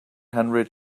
hundred